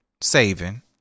saving